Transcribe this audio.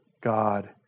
God